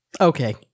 Okay